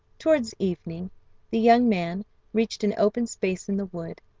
towards evening the young man reached an open space in the wood,